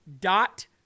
Dot